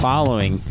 Following